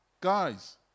guys